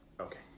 Okay